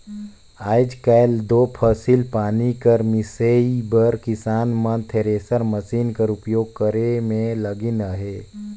आएज काएल दो फसिल पानी कर मिसई बर किसान मन थेरेसर मसीन कर उपियोग करे मे लगिन अहे